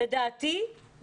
לדעתי,